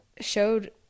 showed